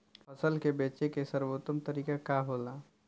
फसल के बेचे के सर्वोत्तम तरीका का होला?